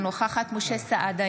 אינה נוכחת משה סעדה,